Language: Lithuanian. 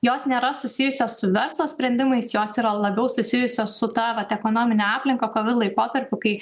jos nėra susijusios su verslo sprendimais jos yra labiau susijusios su ta vat ekonomine aplinka laikotarpiu kai